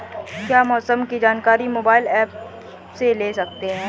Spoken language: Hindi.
क्या मौसम की जानकारी मोबाइल ऐप से ले सकते हैं?